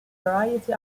variety